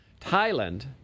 Thailand